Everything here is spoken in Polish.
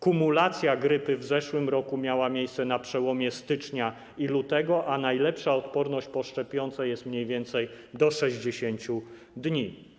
Kumulacja grypy w zeszłym roku miała miejsce na przełomie stycznia i lutego, a najlepsza odporność po szczepionce jest mniej więcej do 60 dni.